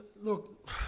look